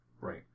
Right